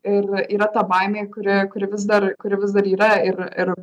ir yra ta baimė kuri kuri vis dar kuri vis dar yra ir ir